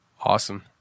Awesome